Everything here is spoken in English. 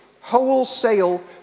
wholesale